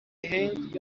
هند